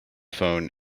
phone